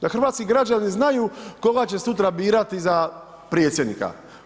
Da hrvatski građani znaju koga će sutra birati za predsjednika.